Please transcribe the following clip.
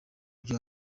ibyo